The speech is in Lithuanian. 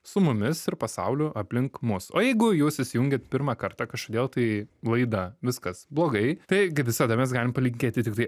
su mumis ir pasauliu aplink mus o jeigu jūs įsijungiate pirmą kartą kažkodėl tai laida viskas blogai taigi visada mes galime palinkėti tiktai